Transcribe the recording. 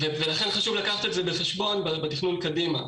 ולכן חשוב לקחת את זה בחשבון בתכנון קדימה.